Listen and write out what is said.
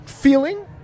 Feeling